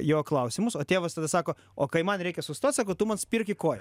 jo klausimus o tėvas tada sako o kai man reikia sustot sako tu man spirk į koją